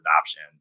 adoption